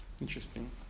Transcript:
interesting